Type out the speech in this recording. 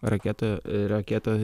raketa raketa